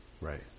right